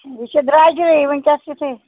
یہِ چھُ درٛۅجرٕے ؤنکیٚس یِتھُے